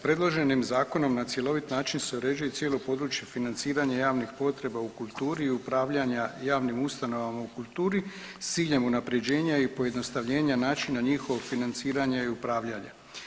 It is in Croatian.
Predloženim zakonom na cjelovit način se uređuje cijelo područje financiranja javnih potreba u kulturi i upravljanja javnim ustanovama u kulturi s ciljem unapređenja i pojednostavljenja načina njihovog financiranja i upravljanja.